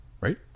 Right